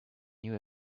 new